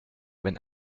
wenn